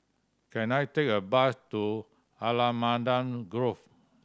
can I take a bus to Allamanda Grove